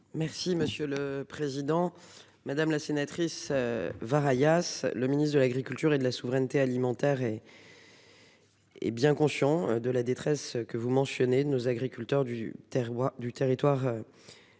Merci monsieur le président, madame la sénatrice, var, alias le ministre de l'Agriculture et de la souveraineté alimentaire et. Hé bien conscient de la détresse que vous mentionnez, nos agriculteurs du terroir